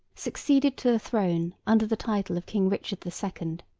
succeeded to the crown under the title of king richard the second.